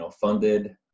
funded